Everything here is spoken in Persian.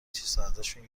چیزهاازشون